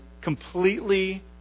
completely